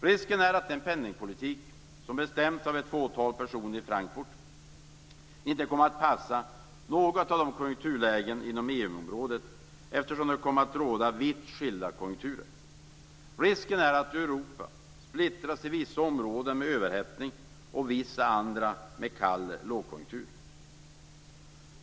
Risken är att den penningpolitik som bestäms av ett fåtal personer i Frankfurt inte kommer att passa något konjunkturläge inom EMU-området, eftersom det kommer att råda vitt skilda konjunkturer. Risken är att Europa splittras i vissa områden med överhettning och i vissa andra områden med kall lågkonjunktur.